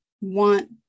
want